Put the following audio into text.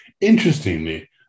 Interestingly